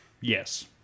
Yes